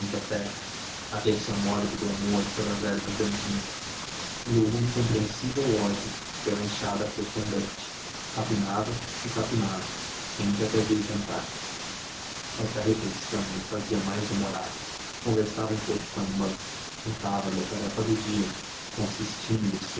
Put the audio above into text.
da terra aquele seu mórbido amor pelas ervas daninhas e o incompreensível ódio pela enxada fecundante capinava e capinava sempre até vir jantar esta refeição ele fazia mais demorada conversava um pouco com a irmã contava-lhe a tarefa do dia consistindo